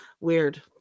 weird